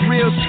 Real